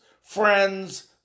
friends